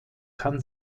kann